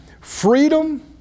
freedom